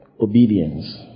obedience